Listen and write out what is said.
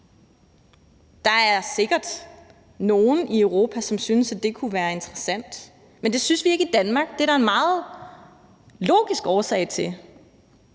Der er sikkert nogle i Europa, som synes, at det kunne være interessant, men det synes vi ikke i Danmark, og det er der en meget logisk årsag til,